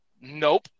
Nope